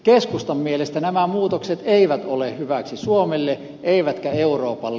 keskustan mielestä nämä muutokset eivät ole hyväksi suomelle eivätkä euroopalle